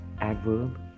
Adverb